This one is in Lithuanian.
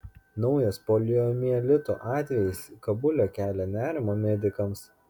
naujas poliomielito atvejis kabule kelia nerimą medikams